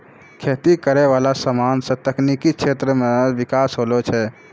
खेती करै वाला समान से तकनीकी क्षेत्र मे बिकास होलो छै